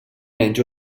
menys